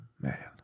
Man